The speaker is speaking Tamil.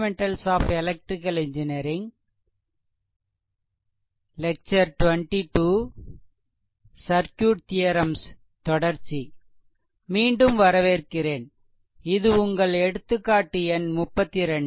மீண்டும் வரவேற்கிறேன் இது உங்கள் எடுத்துக்காட்டு எண் 32